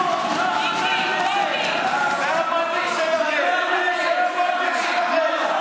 מיקי, מיקי, לאן הבית הזה הידרדר?